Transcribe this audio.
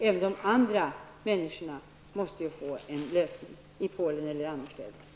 Även de andra människornas problem måste ju få en lösning, i Polen eller annorstädes.